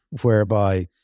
whereby